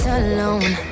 alone